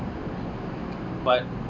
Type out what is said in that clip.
but